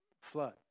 flood